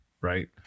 right